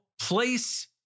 place